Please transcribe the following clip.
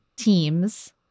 teams